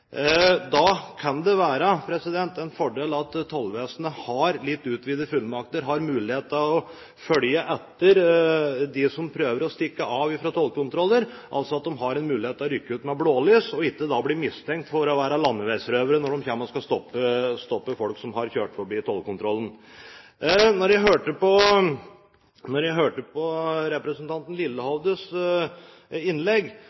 Da kan det være en fordel at tollvesenet har litt utvidede fullmakter og har mulighet til å følge etter dem som prøver å stikke av fra tollkontroller – altså at de har mulighet til å rykke ut med blålys og ikke blir mistenkt for å være landeveisrøvere når de kommer og skal stoppe folk som har kjørt forbi tollkontrollen. Da jeg hørte representanten Lillehovdes innlegg, ble jeg